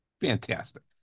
fantastic